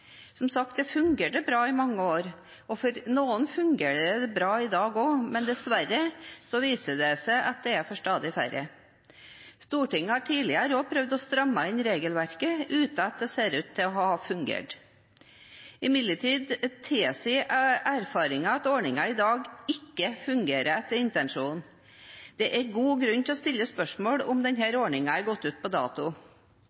fungerte som sagt bra i mange år, og for noen fungerer det bra i dag også, men dessverre viser det seg at det gjelder stadig færre. Stortinget har også tidligere prøvd å stramme inn regelverket, uten at det ser ut til å ha fungert. Imidlertid tilsier erfaringene at ordningen i dag ikke fungerer etter intensjonen. Det er god grunn til å stille spørsmål om